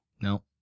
No